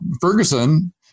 Ferguson